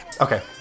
Okay